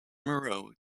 monroe